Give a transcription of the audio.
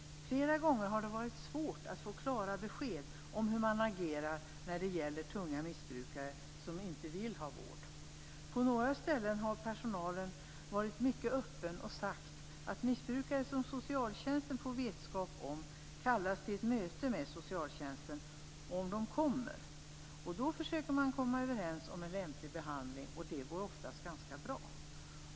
Flera gånger har det varit svårt att få klara besked om hur man agerar när det gäller tunga missbrukare som inte vill ha vård. På några ställen har personalen varit mycket öppen och sagt att missbrukare som socialtjänsten får vetskap om kallas till ett möte med socialtjänsten. Om de kommer, försöker man komma överens om en lämplig behandling, och det går oftast ganska bra.